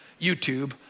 YouTube